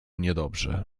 niedobrze